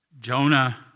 Jonah